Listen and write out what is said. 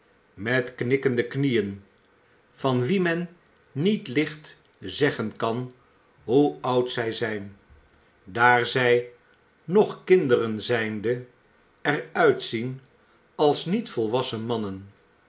met knikkende knieën van wie men niet licht zeggen kan hoe oud zij zijn daar zij nog kinderen zijnde er uitzien als niet volwassen mannen